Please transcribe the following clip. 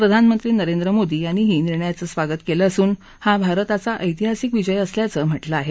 प्रधानमंत्री नरेंद्र मादी यांनीही निर्णयाचं स्वागत केलं असून हा भारताचा ऐतिहासिक विजय असल्याचं म्हटलं आहे